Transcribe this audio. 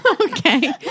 Okay